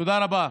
תודה רבה.